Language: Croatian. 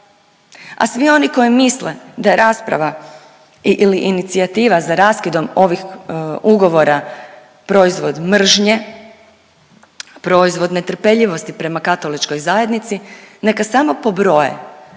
a svi oni koji misle da je rasprava i/ili inicijativa za raskidom ovih ugovora proizvod mržnje, proizvod netrpeljivosti prema katoličkoj zajednici neka samo pobroje